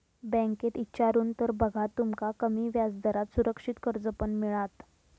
बँकेत इचारून तर बघा, तुमका कमी व्याजदरात सुरक्षित कर्ज पण मिळात